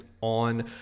on